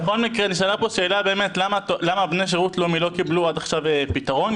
נשאלה פה שאלה באמת למה בני שירות לאומי לא קיבלו עד עכשיו פתרון,